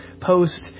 post